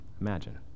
imagine